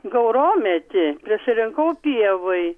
gaurometį prisirinkau pievoj